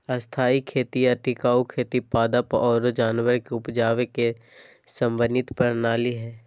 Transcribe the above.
स्थायी खेती या टिकाऊ खेती पादप आरो जानवर के उपजावे के समन्वित प्रणाली हय